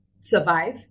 survive